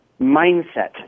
Mindset